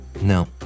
No